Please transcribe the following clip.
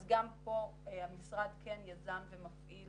אז גם פה המשרד יזם ומפעיל